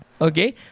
Okay